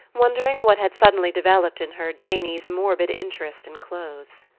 wondering what had suddenly developed in her janey's morbid interest in clothes.